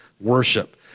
worship